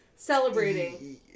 celebrating